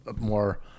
more